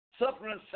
suffering